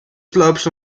slopes